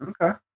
okay